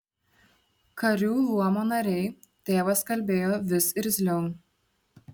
karių luomo nariai tėvas kalbėjo vis irzliau